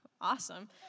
awesome